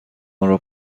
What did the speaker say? آنرا